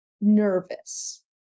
nervous